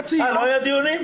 אה, לא היו דיונים?